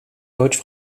deutsch